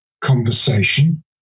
conversation